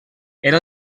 era